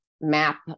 map